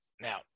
Now